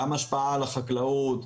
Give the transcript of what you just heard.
גם השפעה על החקלאות,